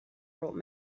brought